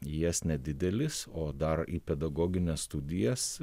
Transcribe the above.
į jas nedidelis o dar į pedagogines studijas